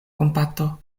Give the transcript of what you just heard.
kompato